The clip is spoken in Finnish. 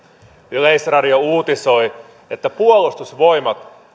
yleisradio uutisoi että puolustusvoimat on